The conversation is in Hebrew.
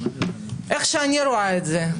איך שאני רואה את זה,